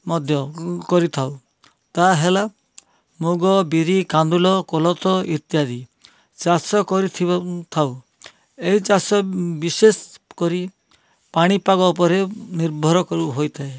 ମଧ୍ୟକୁ କରିଥାଉ ତାହା ହେଲା ମୁଗ ବିରି କାନ୍ଦୁଲ କୋଲଥ ଇତ୍ୟାଦି ଚାଷ କରିଥିବ ଥାଉ ଏ ଚାଷ ବିଶେଷକରି ପାଣିପାଗ ଉପରେ ନିର୍ଭର କରୁ ହୋଇଥାଏ